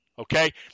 okay